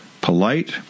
Polite